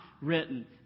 written